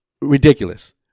ridiculous